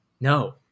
No